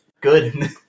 good